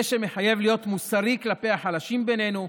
זה שמחייב להיות מוסרי כלפי החלשים בינינו,